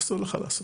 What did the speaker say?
אסור לך לעשות,